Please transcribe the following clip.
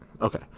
okay